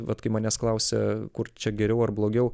vat kai manęs klausia kur čia geriau ar blogiau